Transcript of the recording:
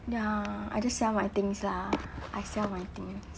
ya I just sell my things lah I sell my things